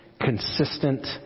consistent